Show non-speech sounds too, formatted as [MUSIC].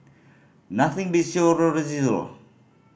nothing beats [UNINTELLIGIBLE]